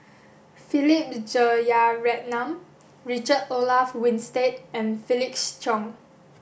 Philip Jeyaretnam Richard Olaf Winstedt and Felix Cheong